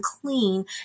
Clean